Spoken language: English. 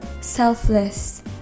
selfless